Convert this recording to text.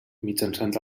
mitjançant